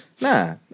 Nah